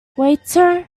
waiter